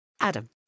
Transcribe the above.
Adam